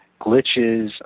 glitches